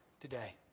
today